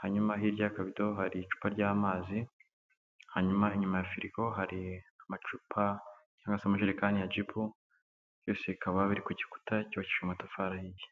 hanyuma hirya ya kabido hari icupa ry'amazi hanyuma inyuma ya filigo hari amacupa cyangwa se amajerekani ya Jibu, byose bikaba biri ku gikuta cyubakije amatafariye.